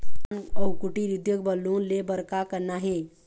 नान अउ कुटीर उद्योग बर लोन ले बर का करना हे?